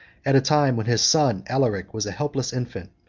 at a time when his son alaric was a helpless infant,